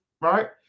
right